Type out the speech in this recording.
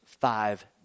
five